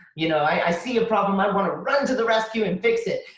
you know i see a problem, i wanna run to the rescue and fix it.